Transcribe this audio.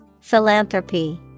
Philanthropy